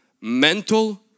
mental